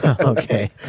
Okay